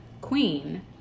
Queen